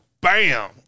bam